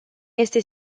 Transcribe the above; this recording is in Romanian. este